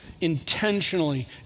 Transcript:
intentionally